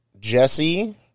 Jesse